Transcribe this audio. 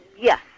yes